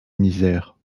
misère